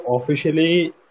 officially